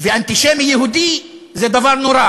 ואנטישמי יהודי זה דבר נורא.